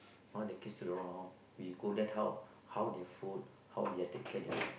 I want to kiss a wrong we go there help how they food how their take care their